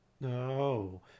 No